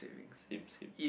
same same